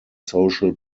social